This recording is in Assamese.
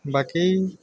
বাকী